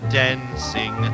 dancing